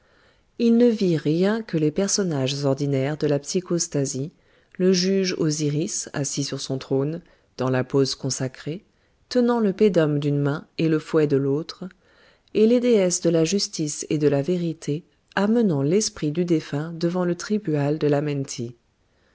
il ne vit rien que les personnages ordinaires de la psychostasie le juge osiris assis sur son trône dans la pose consacrée tenant le pedum d'une main et le fouet de l'autre et les déesses de la justice et de la vérité amenant l'esprit du défunt devant le tribunal de l'amenti